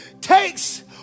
takes